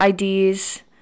IDs –